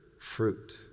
fruit